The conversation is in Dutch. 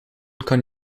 kan